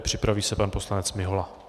Připraví se pan poslanec Mihola.